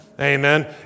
Amen